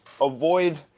avoid